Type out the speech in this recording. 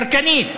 צרכנית,